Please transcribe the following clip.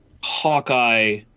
Hawkeye